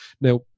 now